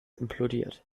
implodiert